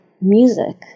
music